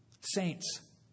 Saints